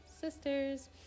sisters